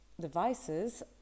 devices